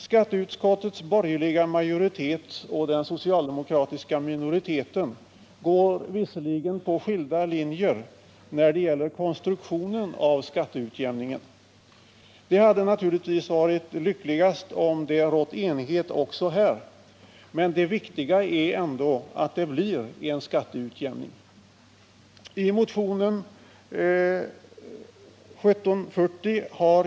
Skatteutskottets borgerliga majoritet och den socialdemokratiska minoriteten går visserligen skilda vägar när det gäller konstruktionen av skatteutjämningen. Det hade naturligtvis varit lyckligare, om det hade rått enighet också härvidlag, men det viktiga är ändå att det blir en skatteutjämning.